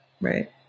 Right